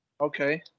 Okay